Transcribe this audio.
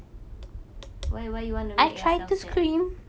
why why you want to make yourself sad